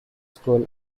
school